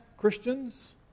Christians